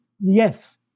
Yes